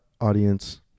audience